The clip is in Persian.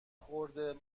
خورده